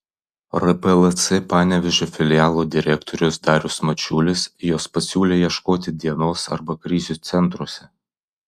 rplc panevėžio filialo direktorius darius mačiulis jos pasiūlė ieškoti dienos arba krizių centruose